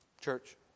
church